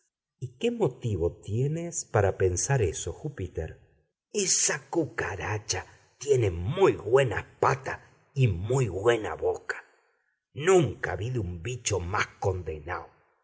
qué motivo tienes para pensar eso júpiter esa cucaracha tiene mu güenas patas y mu güena boca nunca vide un bicho más condenao